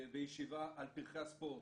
בישיבה על פרחי הספורט,